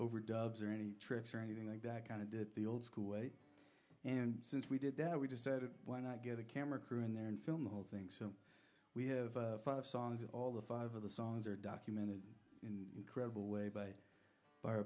overdubs or any tricks or anything like that kind of did the old school way and since we did that we decided why not get a camera crew in there and film the whole thing so we have five songs that all the five of the songs are documented in incredible way by